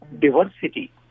diversity